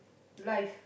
life